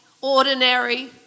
ordinary